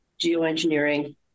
geoengineering